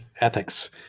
Ethics